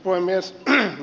arvoisa puhemies